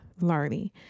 learning